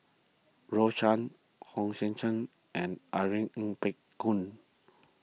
Rose Chan Hong Sek Chern and Irene Ng Phek Hoong